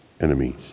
enemies